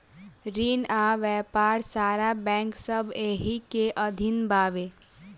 रिन आ व्यापार सारा बैंक सब एही के अधीन बावे